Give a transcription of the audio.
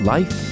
Life